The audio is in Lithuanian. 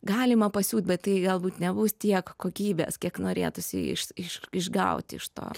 galima pasiūt bet tai galbūt nebus tiek kokybės kiek norėtųsi iš išgauti iš to